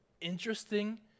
interesting